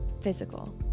physical